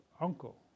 uncle